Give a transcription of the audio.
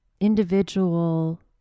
individual